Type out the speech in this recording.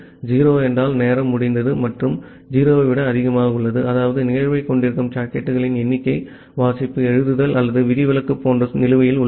0 என்றால் நேரம் முடிந்தது மற்றும் 0 ஐ விட அதிகமாக உள்ளது அதாவது நிகழ்வைக் கொண்டிருக்கும் சாக்கெட்டுகளின் எண்ணிக்கை வாசிப்பு எழுதுதல் அல்லது விதிவிலக்கு போன்ற நிலுவையில் உள்ளது